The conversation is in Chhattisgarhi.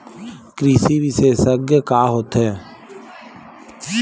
कृषि विशेषज्ञ का होथे?